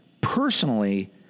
personally